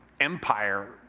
empire